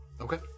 Okay